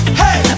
hey